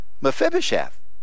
Mephibosheth